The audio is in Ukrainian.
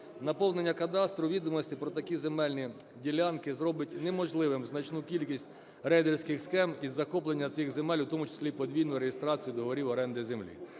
Наповнення кадастру відомостей про такі земельні ділянки зробить неможливим значну кількість рейдерських схем із захоплення цих земель, у тому числі і подвійну реєстрацію договорів оренди землі.